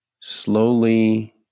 slowly